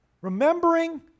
Remembering